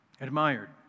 admired